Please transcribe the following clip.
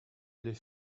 les